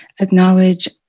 acknowledge